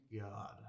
God